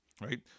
right